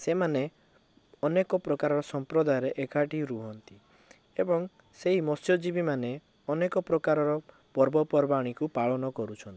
ସେମାନେ ଅନେକ ପ୍ରକାରର ସମ୍ପ୍ରଦାୟରେ ଏକାଠି ରୁହନ୍ତି ଏବଂ ସେହି ମତ୍ସ୍ୟଜୀବୀ ମାନେ ଅନେକ ପ୍ରକାରର ପର୍ବପର୍ବାଣି କୁ ପାଳନ କରୁଛନ୍ତି